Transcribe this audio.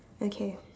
okay